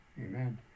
Amen